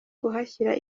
kuhashyira